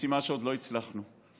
משימה שעוד לא הצלחנו בה.